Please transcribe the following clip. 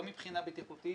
לא מבחינה בטיחותית